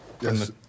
Yes